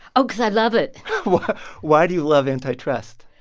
oh, cause i love it why do you love antitrust?